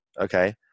Okay